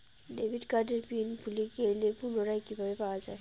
Debit কার্ডের pin ভুলে গেলে পুনরায় কিভাবে পাওয়া য়ায়?